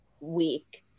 week